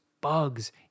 bugs